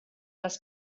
les